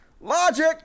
logic